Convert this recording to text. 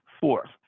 Fourth